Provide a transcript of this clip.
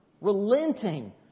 relenting